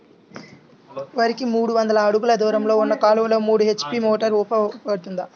వరికి మూడు వందల అడుగులు దూరంలో ఉన్న కాలువలో మూడు హెచ్.పీ మోటార్ ఉపయోగపడుతుందా?